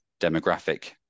demographic